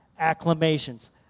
acclamations